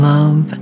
Love